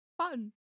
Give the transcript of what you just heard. fun